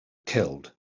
killed